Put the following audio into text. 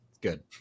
Good